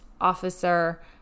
officer